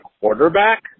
quarterback